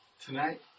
tonight